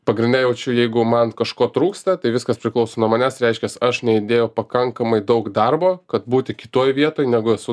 pagrinde jaučiu jeigu man kažko trūksta tai viskas priklauso nuo manęs reiškias aš neįdėjau pakankamai daug darbo kad būti kitoj vietoj negu esu